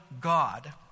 God